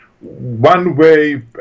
one-way